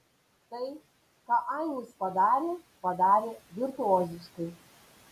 tai ką ainis padarė padarė virtuoziškai